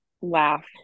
laugh